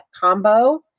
combo